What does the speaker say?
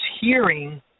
hearing